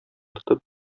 тотып